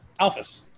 Alphys